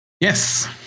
Yes